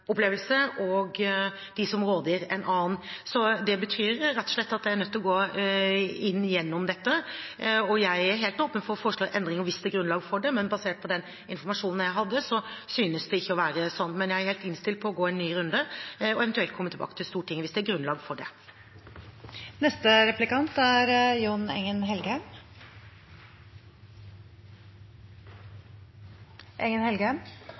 annen. Det betyr rett og slett at jeg er nødt til å gå igjennom dette, og jeg er helt åpen for å foreslå endringer hvis det er grunnlag for det, men basert på den informasjonen jeg hadde, synes det ikke å være slik. Men jeg er innstilt på å gå en ny runde og eventuelt komme tilbake til Stortinget hvis det er grunnlag for